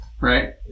Right